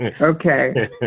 Okay